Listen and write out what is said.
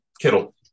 Kittle